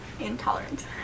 Intolerant